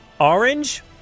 Orange